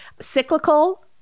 cyclical